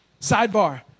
Sidebar